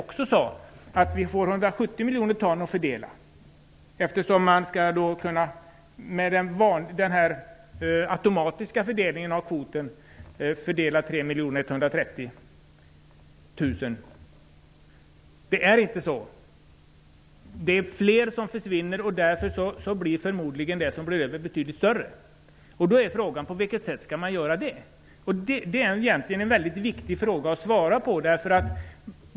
Det skall finnas 170 miljoner ton att fördela. Med den automatiska fördelningen av kvoten fördelas 3 130 000 ton. Det är inte så. Det är fler bönder som försvinner, och därför blir det förmodligen betydligt mer över. På vilket sätt skall fördelningen ske? Det är en viktig fråga att svara på.